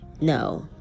no